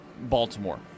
Baltimore